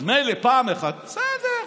אז מילא פעם אחת, בסדר,